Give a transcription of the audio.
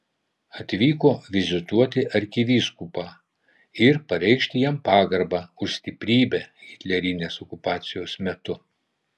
atvyko vizituoti arkivyskupą ir pareikšti jam pagarbą už stiprybę hitlerinės okupacijos metu